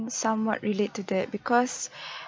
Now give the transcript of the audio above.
somewhat relate to that because